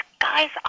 guys